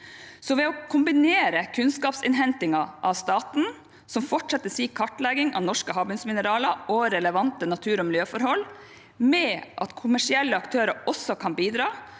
Ved å kombinere kunnskapsinnhentingen fra staten, som fortsetter sin kartlegging av norske havbunnsmineraler og relevante natur- og miljøforhold, med at kommersielle aktører også kan bidra,